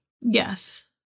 Yes